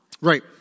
Right